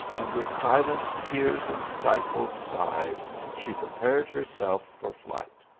and with silent tears and stifled sighs she prepared herself for flight.